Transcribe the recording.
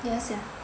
ya sia